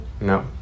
No